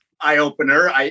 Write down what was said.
eye-opener